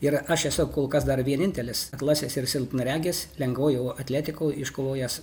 ir aš esu kol kas dar vienintelis aklasis ir silpnaregis lengvojo atletikoj iškovojęs